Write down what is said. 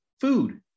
food